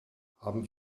haben